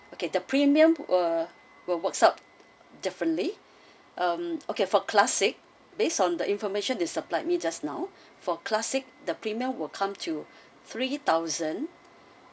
okay the premium will will works up differently um okay for classic based on the information they supplied me just now for classic the premium will come to three thousand